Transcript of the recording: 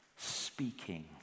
Speaking